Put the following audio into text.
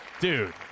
dude